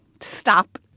Stop